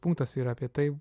punktas yra apie tai